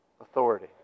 authority